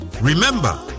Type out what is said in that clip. Remember